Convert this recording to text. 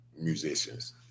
musicians